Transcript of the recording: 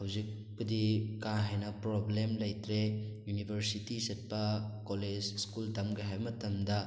ꯍꯧꯖꯤꯛꯄꯨꯗꯤ ꯀꯥ ꯍꯦꯟꯅ ꯄ꯭ꯔꯣꯕ꯭ꯂꯦꯝ ꯂꯩꯇ꯭ꯔꯦ ꯌꯨꯅꯤꯕꯔꯁꯤꯇꯤ ꯆꯠꯄ ꯀꯣꯂꯦꯖ ꯁ꯭ꯀꯨꯜ ꯇꯝꯒꯦ ꯍꯥꯏꯕ ꯃꯇꯝꯗ